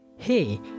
hey